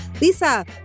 Lisa